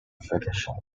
vacation